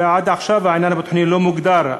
ועד עכשיו העניין הביטחוני לא מוגדר.